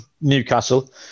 Newcastle